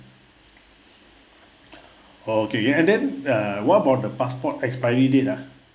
orh okay and and then uh what about the passport expiry date ah